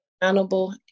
accountable